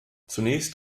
zunächst